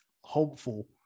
hopeful